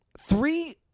three